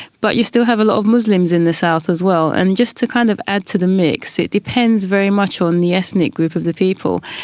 but you still have a lot of muslims in the south as well. and just to kind of add to the mix, it depends very much on the ethnic group of the people.